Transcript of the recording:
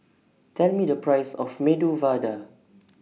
Tell Me The Price of Medu Vada